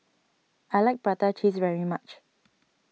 I like Prata Cheese very much